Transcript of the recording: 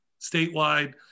statewide